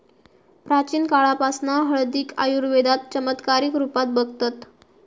प्राचीन काळापासना हळदीक आयुर्वेदात चमत्कारीक रुपात बघतत